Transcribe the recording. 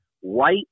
white